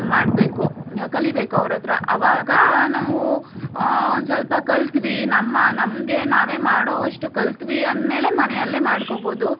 ಮಾಡಬೇಕು ಕಲಿಬೇಕು ಅವರತ್ರ ಆವಾಗ ನಾವು ಒಂದು ಸ್ವಲ್ಪ ಕಲಿತ್ವಿ ನಮ್ಮ ನಮಗೆ ನಾವೇ ಮಾಡುವಷ್ಟು ಕಲಿತ್ವಿ ಅಂದಮೇಲೆ ಮನೆಯಲ್ಲೆ ಮಾಡ್ಕೋಬೋದು